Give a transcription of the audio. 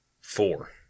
four